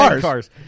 cars